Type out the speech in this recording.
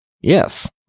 Yes